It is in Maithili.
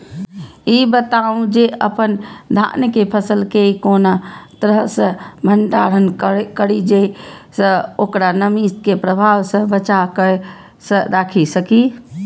ई बताऊ जे अपन धान के फसल केय कोन तरह सं भंडारण करि जेय सं ओकरा नमी के प्रभाव सं बचा कय राखि सकी?